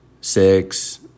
six